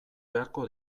beharko